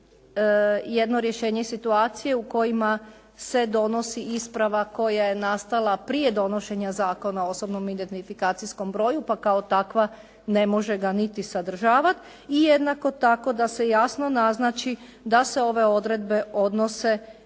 jedno rješenje situacije u kojima se donosi isprava koja je nastala prije donošenja Zakona o osobnom identifikacijskom broju, pa kao takva ne može ga niti sadržavati. I jednako tako da se jasno naznači da se ove odredbe odnose